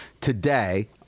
today